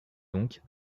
donc